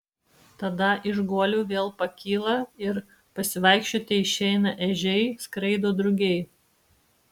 tada iš guolių vėl pakyla ir pasivaikščioti išeina ežiai skraido drugiai